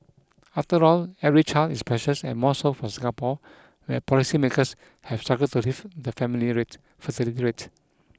after all every child is precious and more so for Singapore where policymakers have struggled to lift the family rate fertility rate